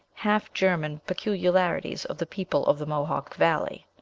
half-german peculiarities of the people of the mohawk valley.